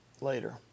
later